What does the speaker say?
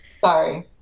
sorry